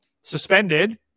suspended